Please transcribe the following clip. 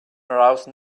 arouse